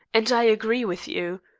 and i agree with you.